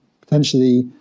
potentially